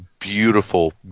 Beautiful